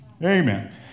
Amen